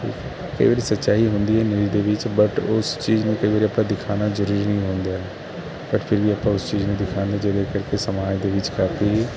ਕਈ ਵਾਰੀ ਸੱਚਾਈ ਹੁੰਦੀ ਹੈ ਨਿਊਜ ਦੇ ਵਿੱਚ ਬਟ ਉਸ ਚੀਜ਼ ਨੂੰ ਕਈ ਵਾਰੀ ਆਪਾਂ ਦਿਖਾਉਣਾ ਜ਼ਰੂਰੀ ਨਹੀਂ ਹੁੰਦਾ ਪਰ ਫਿਰ ਵੀ ਆਪਾਂ ਉਸ ਚੀਜ਼ ਨੂੰ ਦਿਖਾਉਂਦੇ ਜਿਹਦੇ ਕਰਕੇ ਸਮਾਜ ਦੇ ਵਿੱਚ ਕਾਫੀ